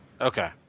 okay